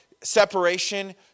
separation